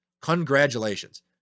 Congratulations